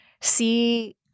see